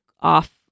off